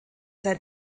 sein